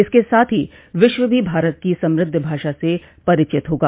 इसके साथ हो विश्व भी भारत की समृद्ध भाषा से परिचित होगा